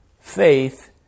Faith